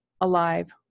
alive